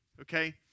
okay